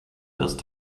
desk